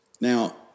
Now